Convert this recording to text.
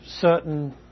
certain